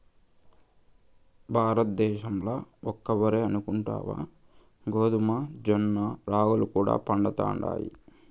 భారతద్దేశంల ఒక్క ఒరే అనుకుంటివా గోధుమ, జొన్న, రాగులు కూడా పండతండాయి